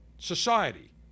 society